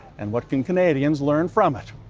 and what can canadians learn from it?